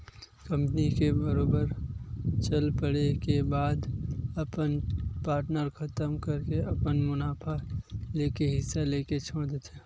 company के बरोबर चल पड़े के बाद अपन पार्टनर खतम करके अपन मुनाफा लेके हिस्सा लेके छोड़ देथे